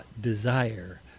desire